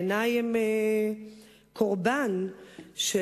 בעיני הם קורבן של